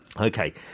Okay